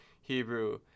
Hebrew